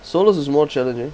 solos is more challenging